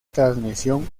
transmisión